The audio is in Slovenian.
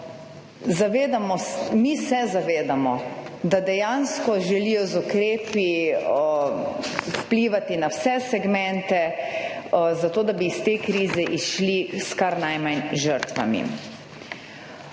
Mi se zavedamo, da dejansko želijo z ukrepi vplivati na vse segmente zato, da bi iz te krize izšli s kar najmanj žrtvami.